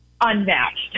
unmatched